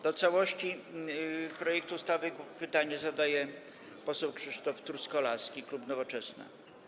Do całości projektu ustawy pytanie zadaje poseł Krzysztof Truskolaski, klub Nowoczesna.